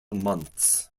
months